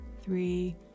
three